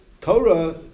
Torah